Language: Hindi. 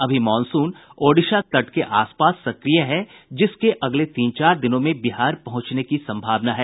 अभी मॉनसून ओडिशा तट के आस पास सक्रिय है जिसके अगले तीन चार दिनों में बिहार पहुंचने की संभावना है